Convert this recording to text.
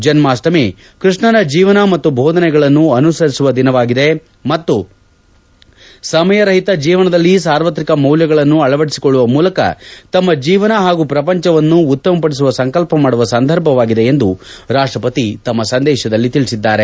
ಜನ್ಮಾಷ್ಟಮಿ ಕೃಷ್ಣನ ಜೀವನ ಮತ್ತು ಬೋಧನೆಗಳನ್ನು ಅನುಸರಿಸುವ ದಿನವಾಗಿದೆ ಮತ್ತು ಸಮಯ ರಹಿತ ಜೀವನದಲ್ಲಿ ಸಾರ್ವತ್ರಿಕ ಮೌಲ್ಯಗಳನ್ನು ಅಳವಡಿಸಿಕೊಳ್ಳುವ ಮೂಲಕ ತಮ್ಮ ಜೀವನ ಹಾಗು ಪ್ರಪಂಚವನ್ನು ಉತ್ತಮಪಡಿಸುವ ಸಂಕಲ್ಪಮಾಡುವ ಸಂದರ್ಭವಾಗಿದೆ ಎಂದು ರಾಷ್ಷಪತಿ ತಮ್ಮ ಸಂದೇಶದಲ್ಲಿ ತಿಳಿಸಿದ್ದಾರೆ